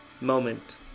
moment